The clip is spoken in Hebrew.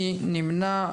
מי נמנע?